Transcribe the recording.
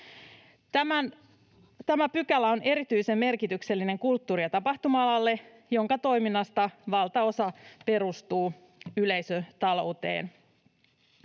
Tämä pykälä on erityisen merkityksellinen kulttuuri- ja tapahtuma-alalle, jonka toiminnasta valtaosa perustuu yleisötalouteen.